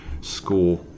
score